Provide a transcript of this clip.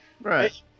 Right